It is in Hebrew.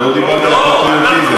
לא דיברתי על פטריוטיזם.